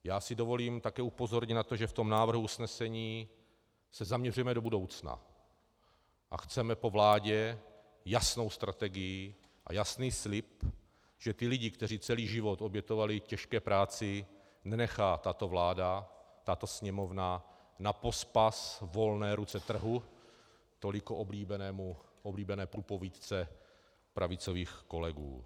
Já si dovolím také upozornit na to, že v tom návrhu usnesení se zaměřujeme do budoucna a chceme po vládě jasnou strategii a jasný slib, že ty lidi, kteří celý život obětovali těžké práci, nenechá tato vláda a tato Sněmovna napospas volné ruce trhu, tolik oblíbené průpovídce pravicových kolegů.